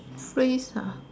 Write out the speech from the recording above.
freeze